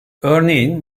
örneğin